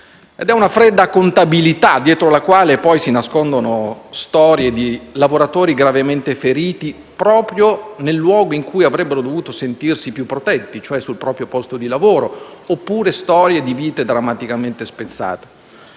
È una fredda contabilità, dietro alla quale poi si nascondono storie di lavoratori gravemente feriti proprio nel luogo in cui avrebbero dovuto sentirsi più protetti, cioè il proprio posto di lavoro, oppure storie di vite drammaticamente spezzate.